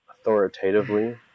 Authoritatively